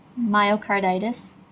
myocarditis